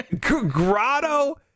Grotto